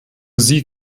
sie